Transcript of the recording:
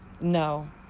no